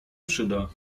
przyda